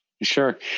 Sure